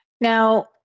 Now